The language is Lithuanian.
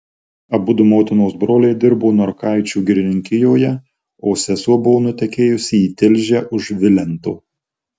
abudu motinos broliai dirbo norkaičių girininkijoje o sesuo buvo nutekėjusi į tilžę už vilento